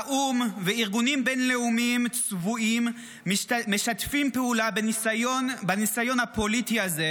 האו"ם וארגונים בין-לאומיים צבועים משתפים פעולה בניסיון הפוליטי הזה,